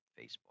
Facebook